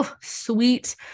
sweet